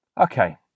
Okay